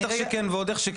בטח שכן, ועוד איך שכן.